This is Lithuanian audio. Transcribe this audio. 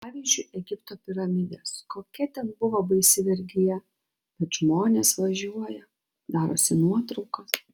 pavyzdžiui egipto piramidės kokia ten buvo baisi vergija bet žmonės važiuoja darosi nuotraukas